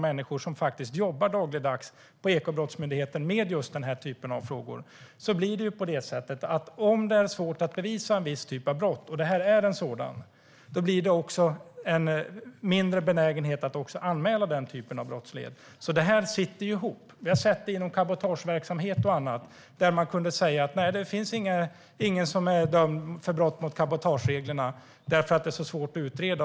Människor som jobbar dagligdags på Ekobrottsmyndigheten med just den här typen av frågor menar att om det är svårt att bevisa en viss typ av brott, och det här är ett sådant, då blir det också en mindre benägenhet att anmäla den typen av brottslighet. Det här hänger ihop. Vi har sett det inom cabotageverksamhet och annat, där man kunde säga att nej, det finns ingen som är dömd för brott mot cabotagereglerna, för det är så svårt att utreda.